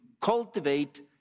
cultivate